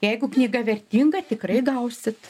jeigu knyga vertinga tikrai gausit